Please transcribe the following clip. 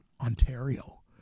Ontario